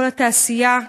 כל התעשייה,